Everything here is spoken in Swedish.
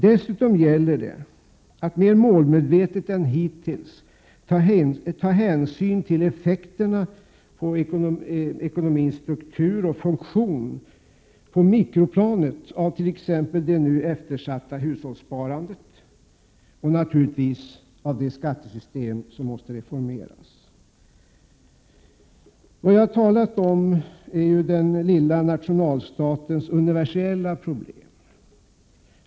Dessutom gäller det att mer målmedvetet än hittills ta hänsyn till effekterna på ekonomins struktur och funktion på mikroplanet av t.ex. det nu eftersatta hushållssparandet och naturligtvis av det skattesystem som måste reformeras. Vad jag talat om är ju den lilla nationalstatens universella problem.